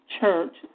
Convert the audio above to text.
Church